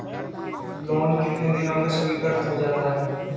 Loan कितने दिन में स्वीकृत हो जाता है?